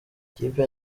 ikipe